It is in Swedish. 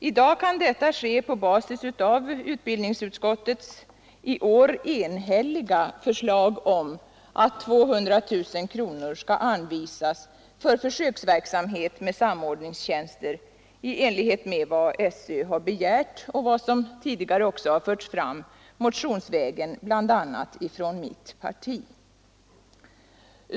I dag kan detta ske på basis av utbildningsutskottets i år enhälliga förslag om att 200 000 kronor anvisas för försöksverksamhet med samordningstjänster i enlighet med vad skolöverstyrelsen begärt och i enlighet med vad som tidigare också har förts fram motionsvägen, bl.a. från mitt parti.